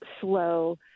slow